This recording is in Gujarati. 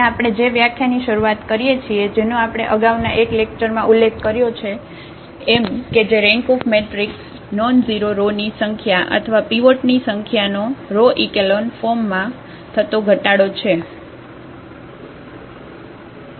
અને આપણે જે વ્યાખ્યાની શરૂઆત કરીએ છીએ જેનો આપણે અગાઉના એક લેકચરમાં ઉલ્લેખ કર્યો છે એમ કે જે rank of matrix nonzero row ની સંખ્યા અથવા પીવોટની સંખ્યાનો રો ઇકેલોન ફોર્મમાં થતો ઘટાડો છે